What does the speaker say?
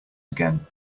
again